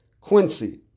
Quincy